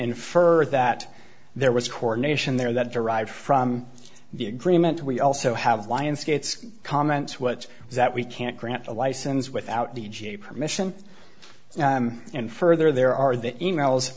infer that there was coordination there that derived from the agreement we also have lion scates comments which is that we can't grant a license without the ga permission and further there are the emails